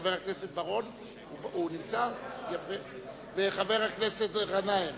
חבר הכנסת בר-און וחבר הכנסת גנאים.